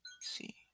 see